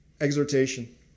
exhortation